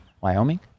Wyoming